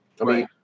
Right